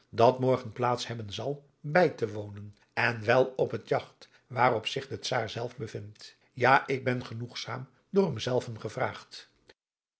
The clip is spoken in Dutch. dat morgen plaats hebben zal bij te wonen en wel op het jagt waarop zich de czaar zelf bevindt ja ik ben genoegzaam door hem zelven gevraagd